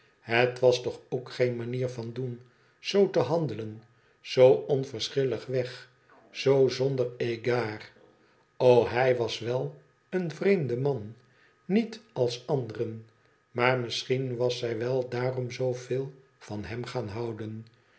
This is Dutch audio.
het was toch ook geen manier van doen zoo te handelen zoo onverschillig weg zoo zonder egard o hij was wel een vreemde man niet als anderen maar misschien was zij wel daarom zoo veel van hem gaan houden